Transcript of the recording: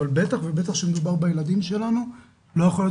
אבל בטח ובטח כשמדובר בילדים שלנו לא יכול להיות